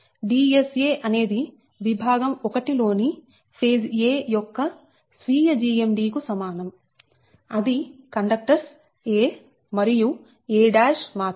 Dsa అనేది విభాగం 1 లోని ఫేజ్ a యొక్క స్వీయ GMD కు సమానం అది కండక్టర్స్ a మరియు a మాత్రమే